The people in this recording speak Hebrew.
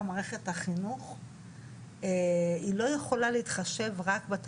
העיניים שלי לא התרגלו,